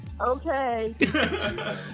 Okay